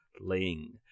Ling